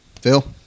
Phil